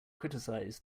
criticized